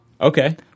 Okay